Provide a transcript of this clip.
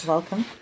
Welcome